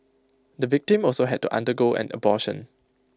the victim also had to undergo an abortion